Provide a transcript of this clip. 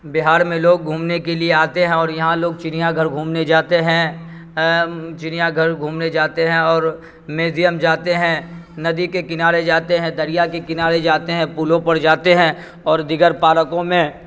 بہار میں لوگ گھومنے کے لیے آتے ہیں اور یہاں لوگ چڑیا گھر گھومنے جاتے ہیں چڑیا گھر گھومنے جاتے ہیں اور میزیم جاتے ہیں ندی کے کنارے جاتے ہیں دریا کے کنارے جاتے ہیں پلوں پر جاتے ہیں اور دیگر پارکوں میں